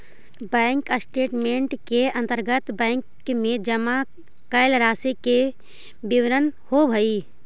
bank statement के अंतर्गत bank में जमा कैल राशि के विवरण होवऽ हइ